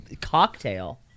cocktail